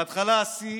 בהתחלה השיא